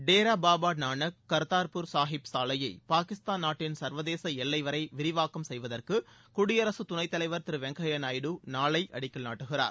டேரா பாபா நானக் கர்தாாபூர் சாஹிப் சாலையை பாகிஸ்தான் நாட்டின் சர்வதேச எல்லை வரை விரிவாக்கம் செய்வதற்கு குடியரசுத் துணைத் தலைவர் திரு வெங்கையா நாயுடு நாளை அடிக்கல் நாட்டுகிறார்